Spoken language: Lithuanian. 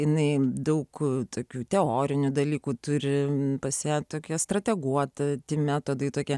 jinai daug tokių teorinių dalykų turime pas ją tokia strateguota metodai tokie